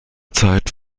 zeit